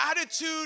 attitude